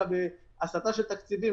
אלא בהסטה של תקציבים,